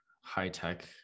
high-tech